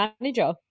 manager